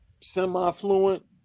semi-fluent